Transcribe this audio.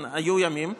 היו ימים.